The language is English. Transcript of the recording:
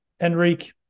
Enrique